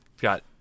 got